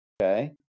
Okay